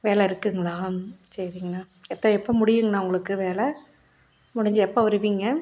வேலை இருக்குதுங்களா சரிங்கண்ணா எப்போ எப்போ முடியுங்கண்ணா உங்களுக்கு வேலை முடிஞ்சு எப்போ வருவீங்க